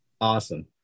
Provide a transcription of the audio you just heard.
Awesome